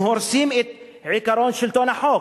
הם הורסים את עקרון שלטון החוק,